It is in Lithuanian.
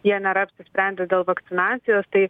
jie nėra apsisprendę dėl vakcinacijos tai